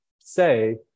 say